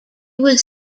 was